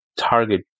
target